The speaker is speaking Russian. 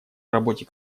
работе